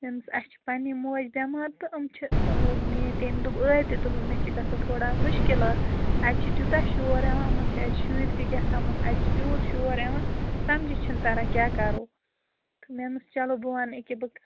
مےٚ دۄپمَس اَسہِ چھِ پَننہِ موج بیٚمار تہٕ إم چھِ یہِ تٔمۍ دوٚپ ٲدۍ تہِ دوٚپُن مےٚ چھِ گژھان تھوڑا مُشکِلات اَتہِ چھِ تیوٗتاہ شور اِوان یِمَن چھِ اَتہِ شُرۍ تہِ کہتامَتھ اَتہِ چھِ تیوٗت شور یِوان سَمجِھی چھِنہٕ تَران کیٛاہ کَرو تہٕ مےٚ دوٚپمَس چلو بہٕ وَنہٕ أکیٛاہ بہٕ